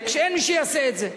שאין מי שיכול לעשות את זה.